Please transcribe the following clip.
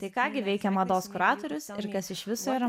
tai ką gi veikia mados kuratorius ir kas iš viso yra